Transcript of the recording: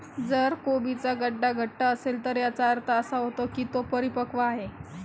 जर कोबीचा गड्डा घट्ट असेल तर याचा अर्थ असा होतो की तो परिपक्व आहे